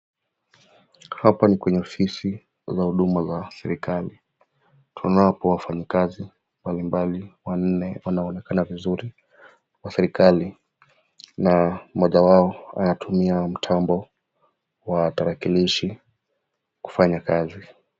Hapa ni kwenye ofisi za huduma za serikali. Tunapo wafanyikazi mbalimbali wanne wanaonekana vizuri wa serikali. Na mmoja wao anatumia mtambo wa tarakilishi kufanya kazi.